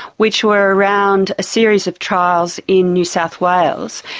which were around a series of trials in new south wales,